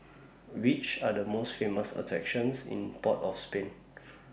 Which Are The most Famous attractions in Port of Spain